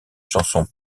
chansons